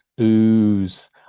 Ooze